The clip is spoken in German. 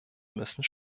müssen